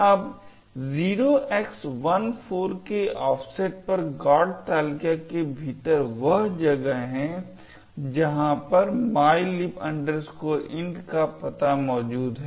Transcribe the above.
अब 0x14 केऑफसेट पर GOT तालिका के भीतर वह जगह है जहाँ पर mylib int का पता मौजूद है